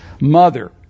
mother